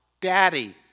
daddy